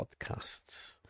podcasts